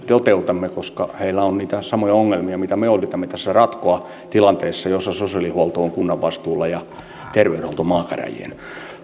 toteutamme koska heillä on niitä samoja ongelmia mitä me yritämme tässä ratkoa tilanteessa jossa sosiaalihuolto on kunnan vastuulla ja terveydenhuolto maakäräjien